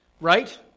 right